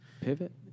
pivot